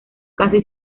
casi